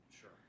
sure